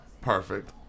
perfect